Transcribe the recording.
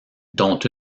dont